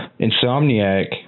insomniac